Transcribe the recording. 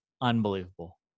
unbelievable